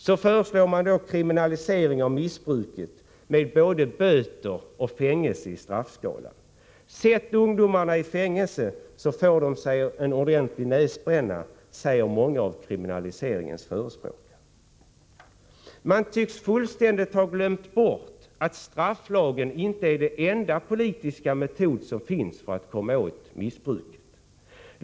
Så föreslår man då kriminalisering av missbruket med både böter och fängelse i straffskalan. Sätt ungdomarna i fängelse så får de sig en ordentlig näsbränna, säger många av kriminaliseringens förespråkare. Man tycks fullständigt ha glömt bort att straff inte är den enda politiska metod som finns för att komma åt missbruket.